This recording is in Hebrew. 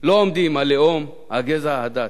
לא עומדים הלאום, הגזע, הדת.